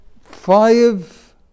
five